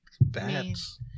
Bats